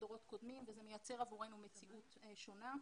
בדורות קודמים וזה מייצר עבורנו מציאות שונה.